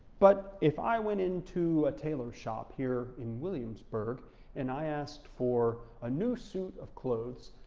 but if i went into a tailor shop here in williamsburg and i asked for a new suit of clothes,